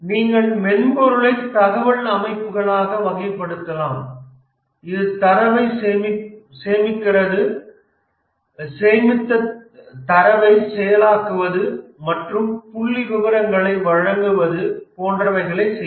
நீங்கள் மென்பொருளை தகவல் அமைப்புகளாக வகைப்படுத்தலாம் இது தரவைச் சேமிக்கிறது சேமித்த தரவை செயலாக்குவது மற்றும் புள்ளிவிவரங்களை வழங்குவது போன்றவைகளை செய்யும்